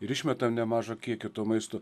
ir išmetam nemažą kiekį to maisto